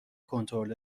کنترل